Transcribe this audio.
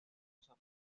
rosa